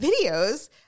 videos